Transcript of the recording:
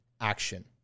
action